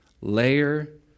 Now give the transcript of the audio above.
layer